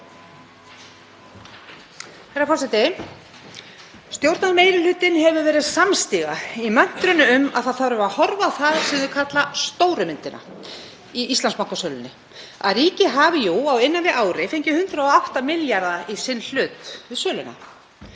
Herra forseti. Stjórnarmeirihlutinn hefur verið samstiga í möntrunni um að það þarf að horfa á það sem þau kalla stóru myndina í Íslandsbankasölunni, að ríkið hafi jú á innan við ári fengið 108 milljarða í sinn hlut við söluna.